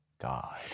God